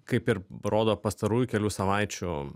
kaip ir rodo pastarųjų kelių savaičių